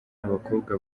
abakobwa